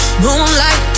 moonlight